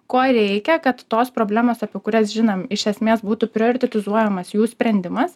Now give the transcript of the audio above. ko reikia kad tos problemos apie kurias žinom iš esmės būtų prioritetizuojamas jų sprendimas